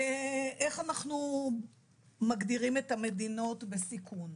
איך אנחנו מגדירים את המדינות בסיכון?